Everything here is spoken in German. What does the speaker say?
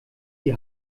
die